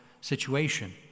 situation